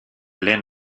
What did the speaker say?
lehen